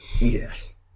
Yes